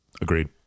Agreed